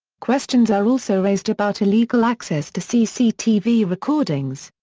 questions are also raised about illegal access to cctv recordings.